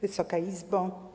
Wysoka Izbo!